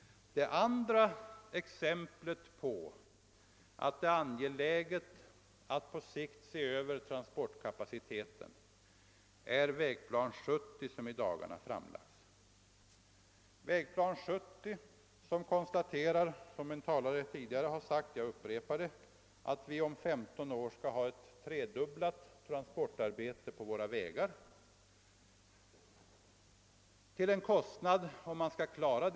Det andra exemplet som visar det angelägna i att på sikt se över transportkapaciteten är vägplan 70, som i dagarna framlagts. I den konstateras, såsom en tidigare talare sagt och jag vill upprepa detta — att på våra vägar om 15 år skall transporteras tre gånger mer än i dag.